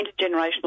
intergenerational